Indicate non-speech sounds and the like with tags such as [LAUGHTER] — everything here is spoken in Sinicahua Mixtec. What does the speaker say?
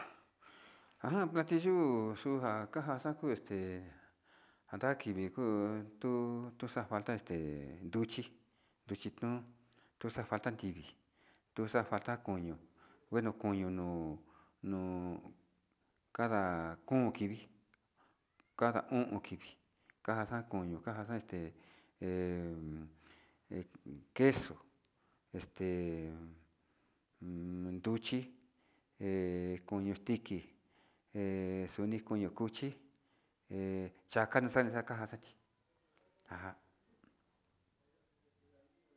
Ajan platillo kuxa kanja xakuu este kuanda kivi kuu tuu tuxa'a falta este nduchi, nduchi tón, tuxa'a xandivi tuxa'a falta koño, bueno koño no'o no'o kada kon kivi kanda o'on kivi kada koño kanda este en en queso este [HESITATION] nruchi he koto extike he xuni koño cuchi, he xakana xake xakaña xuchi ajan.